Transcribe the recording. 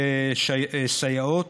סייעות,